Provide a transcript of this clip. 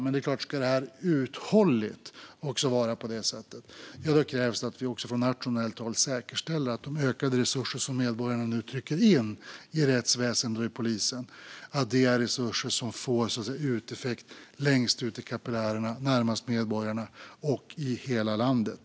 Men det är klart att om detta ska vara uthålligt krävs det att vi från nationellt håll säkerställer att de ökade resurser som medborgarna nu trycker in i rättsväsendet och i polisen får effekt längst ut i kapillärerna, närmast medborgarna och i hela landet.